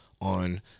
on